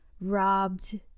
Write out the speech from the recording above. robbed